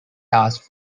tasks